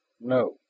no